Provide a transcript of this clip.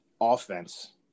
offense